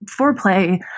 foreplay